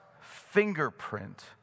fingerprint